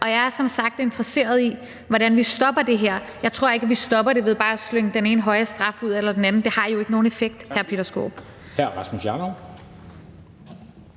Jeg er som sagt interesseret i, hvordan vi stopper det her, men jeg tror ikke, vi stopper det ved bare at slynge den ene høje straf efter den anden ud. Det har jo ikke nogen effekt, hr. Peter Skaarup.